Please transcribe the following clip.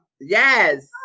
yes